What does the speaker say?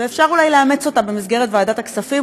ואפשר אולי לאמץ אותה במסגרת ועדת הכספים,